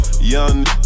Young